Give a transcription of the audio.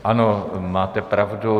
Ano, máte pravdu.